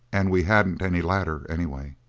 and we hadn't any ladder anyway.